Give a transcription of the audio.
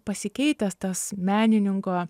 pasikeitęs tas menininko